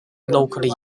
locally